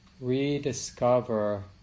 rediscover